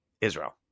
Israel